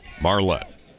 Marlette